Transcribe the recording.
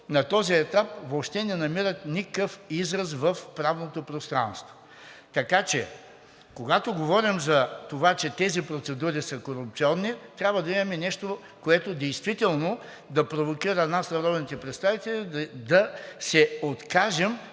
на този етап въобще не намират никакъв израз в правното пространство, така че, когато говорим за това, че тези процедури са корупционни, трябва да имаме нещо, което действително да провокира нас, народните представители, да се откажем